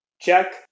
Check